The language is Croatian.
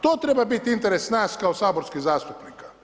To treba biti interes nas kao saborskih zastupnika.